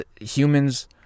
humans